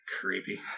Creepy